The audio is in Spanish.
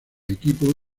equipo